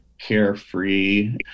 carefree